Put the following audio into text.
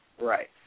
Right